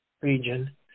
region